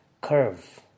curve